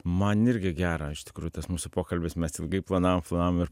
man irgi gera iš tikrųjų tas mūsų pokalbis mes ilgai planavom planavom ir